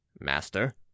master